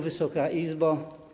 Wysoka Izbo!